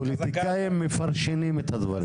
הפוליטיקאים מפרשנים את הדברים.